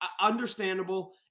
understandable